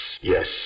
yes